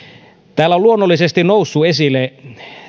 täällä on luonnollisesti noussut esille